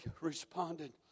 responded